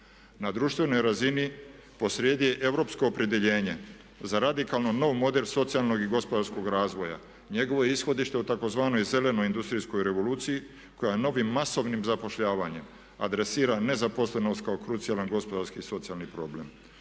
Na društvenoj razini posrijedi je europsko opredjeljenje za radikalnom novo moder, socijalnog i gospodarskog razvoja. Njegovo ishodište je u tzv. Zelenoj industrijskoj revoluciji koja novim masovnim zapošljavanjem adresira nezaposlenost kao krucijalan gospodarski, socijalni problem.